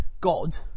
God